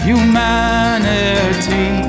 Humanity